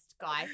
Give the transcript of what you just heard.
guy